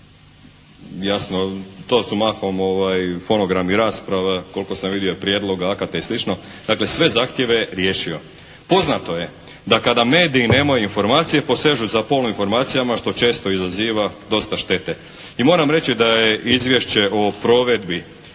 jasno to su mahom fonogrami rasprava koliko sam vidio, prijedloga akta i sl. dakle sve zahtjeve riješio. Poznato je da kada mediji nemaju informacije posežu za poluinformacijama što često izaziva dosta štete. I moram reći da je Izvješće o provedbi